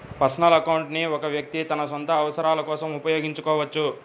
personal account ని ఒక వ్యక్తి తన సొంత అవసరాల కోసం ఉపయోగించుకోవచ్చు